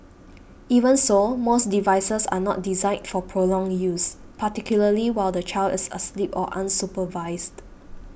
even so most devices are not designed for prolonged use particularly while the child is asleep or unsupervised